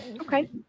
okay